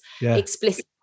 explicit